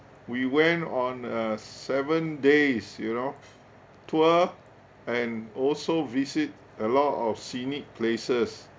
we went on a seven days you know tour and also visit a lot of scenic places